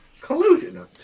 Collusion